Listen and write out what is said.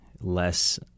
less